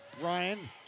Ryan